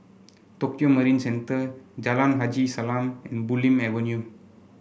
Tokio Marine Centre Jalan Haji Salam and Bulim Avenue